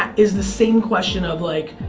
is the same question of like,